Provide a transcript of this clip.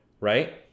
right